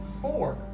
Four